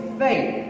faith